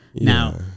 Now